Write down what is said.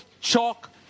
chalk